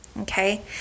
Okay